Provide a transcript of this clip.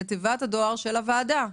לתיבת הדואר של הוועדה,